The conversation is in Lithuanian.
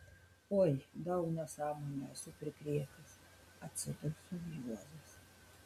oi daug nesąmonių esu prikrėtęs atsiduso juozas